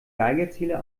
geigerzähler